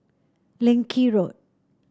Leng Kee Road